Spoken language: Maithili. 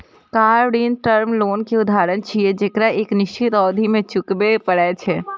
कार ऋण टर्म लोन के उदाहरण छियै, जेकरा एक निश्चित अवधि मे चुकबै पड़ै छै